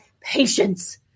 patience